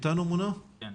מונא היא גם